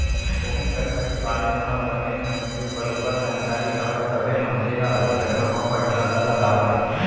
कोहूँ जघा के बारे म बने ढंग के बरोबर जानकारी हवय तभे मनसे ह ओ जघा म पइसा ल लगावय